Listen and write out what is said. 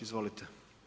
Izvolite.